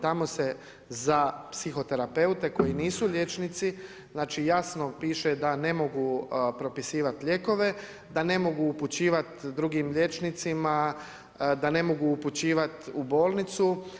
Tamo se za psihoterapeute koji nisu liječnici, znači jasno piše da ne mogu propisivati lijekove, da ne mogu upućivati drugim liječnicima, da ne mogu upućivati u bolnicu.